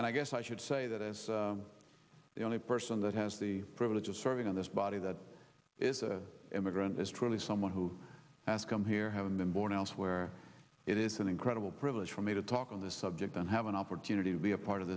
and i guess i should say that as the only person that has the privilege of serving on this body that is a immigrant this truly someone who has come here having been born elsewhere it is an incredible privilege for me to talk on this subject and have an opportunity to be a part of